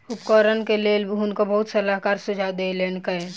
उपकरणक लेल हुनका बहुत सलाहकार सुझाव देलकैन